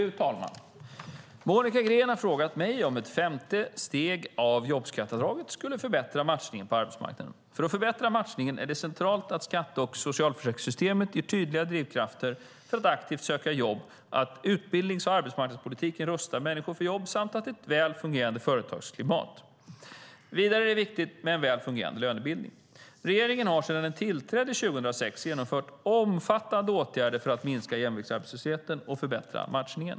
Fru talman! Monica Green har frågat mig om ett femte steg av jobbskatteavdraget skulle förbättra matchningen på arbetsmarknaden. För att förbättra matchningen är det centralt att skatte och socialförsäkringssystemet ger tydliga drivkrafter att aktivt söka jobb, att utbildnings och arbetsmarknadspolitiken rustar människor för jobb samt att det är ett väl fungerade företagsklimat. Vidare är det viktigt med en väl fungerade lönebildning. Regeringen har sedan den tillträdde 2006 genomfört omfattande åtgärder för att minska jämviktsarbetslösheten och förbättra matchningen.